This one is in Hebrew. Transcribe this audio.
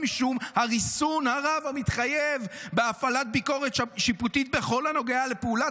הן משום הריסון הרב המתחייב בהפעלת ביקורת שיפוטית בכל הנוגע לפעולה